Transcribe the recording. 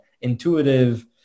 intuitive